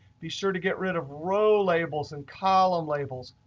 be sure to get rid of row labels and column labels.